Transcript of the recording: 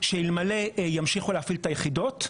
שאלמלא ימשיכו להפעיל את היחידות,